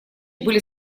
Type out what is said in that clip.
были